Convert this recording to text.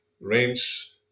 range